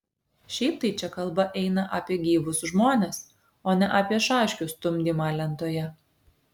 šiaip tai čia kalba eina apie gyvus žmones o ne apie šaškių stumdymą lentoje